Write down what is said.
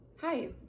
Hi